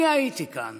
אני הייתי כאן